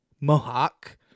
mohawk